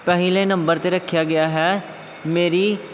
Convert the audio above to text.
ਪਹਿਲੇ ਨੰਬਰ 'ਤੇ ਰੱਖਿਆ ਗਿਆ ਹੈ ਮੇਰੀ